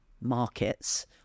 markets